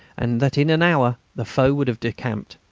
and that in an hour the foe would have decamped.